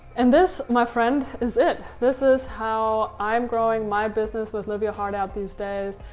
and this, my friend, is it. this is how i'm growing my business with live your heart out these days.